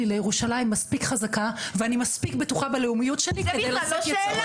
לירושלים מספיק חזקה ואני מספיק בטוחה בלאומיות שלי -- זה לא שאלה,